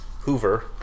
Hoover